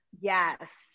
yes